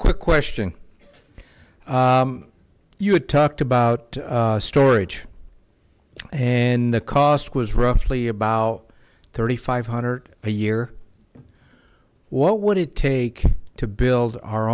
quick question you talked about storage and the cost was roughly about thirty five hundred a year what would it take to build our